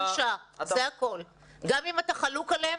גם אם אתה חלוק עליהם,